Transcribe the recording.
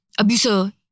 abuser